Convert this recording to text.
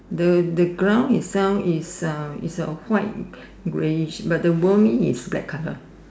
the the ground itself is uh is a white grayish but the wormy is black colour